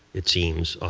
it seems,